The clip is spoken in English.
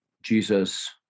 Jesus